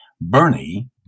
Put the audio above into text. Bernie